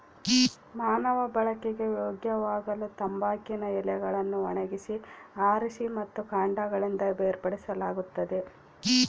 ಮಾನವ ಬಳಕೆಗೆ ಯೋಗ್ಯವಾಗಲುತಂಬಾಕಿನ ಎಲೆಗಳನ್ನು ಒಣಗಿಸಿ ಆರಿಸಿ ಮತ್ತು ಕಾಂಡಗಳಿಂದ ಬೇರ್ಪಡಿಸಲಾಗುತ್ತದೆ